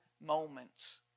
moments